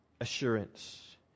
assurance